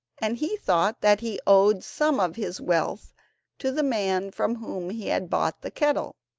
and he thought that he owed some of his wealth to the man from whom he had bought the kettle.